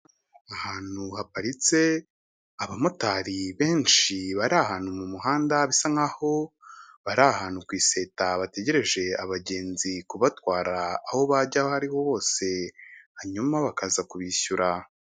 Ahantu haparitse abamotari benshi bari ahantu mu muhanda bisa nkaho bari ahantu ku iseta bategereje abagenzi kubatwara aho bajya aho ariho hose hanyuma bakaza kubishyura.